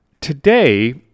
today